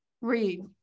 Read